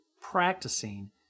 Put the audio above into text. practicing